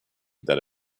that